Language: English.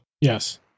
Yes